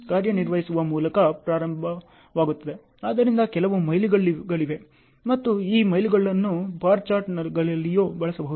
ಆದ್ದರಿಂದ ಕೆಲವು ಮೈಲಿಗಲ್ಲುಗಳಿವೆ ಮತ್ತು ಈ ಮೈಲಿಗಲ್ಲುಗಳನ್ನು ಬಾರ್ ಚಾರ್ಟ್ಗಳಲ್ಲಿಯೂ ಬಳಸಬಹುದು